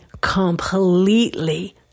completely